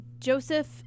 Joseph